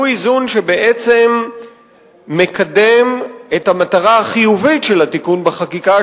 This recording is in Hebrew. הוא איזון שבעצם מקדם את המטרה החיובית של התיקון בחקיקה,